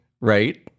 right